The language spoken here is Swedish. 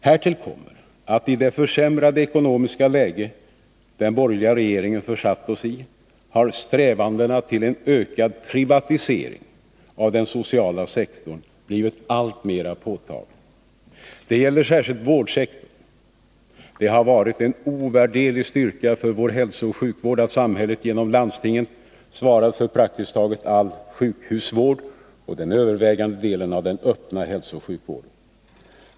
Härtill kommer att i det försämrade ekonomiska läge vari den borgerliga regeringen försatt oss har strävandena till en ökad privatisering av den sociala sektorn blivit alltmera påtagliga. Det gäller särskilt vårdsektorn. Det har varit en ovärderlig styrka för vår hälsooch sjukvård att samhället genom landstingen svarat för praktiskt taget all sjukhusvård och den övervägande delen av den öppna hälsooch sjukvården.